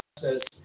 process